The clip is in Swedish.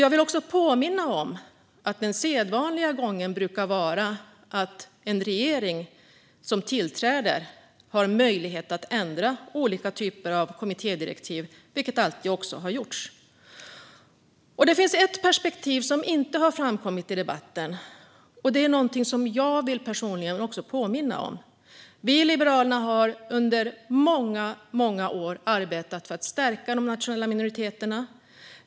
Jag vill också påminna om att den sedvanliga gången brukar vara att en regering som tillträder har möjlighet att ändra olika typer av kommittédirektiv, vilket alltid har gjorts. Det finns ett perspektiv som inte har framkommit i debatten men som jag personligen vill påminna om. Vi i Liberalerna har under många år arbetat för att stärka de nationella minoriteterna.